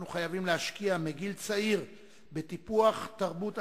אנחנו חייבים להשקיע מגיל צעיר בטיפוח תרבות השיח,